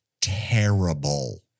terrible